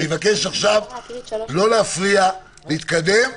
אני מבקש עכשיו להפריע, להתקדם.